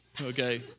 okay